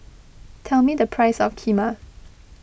tell me the price of Kheema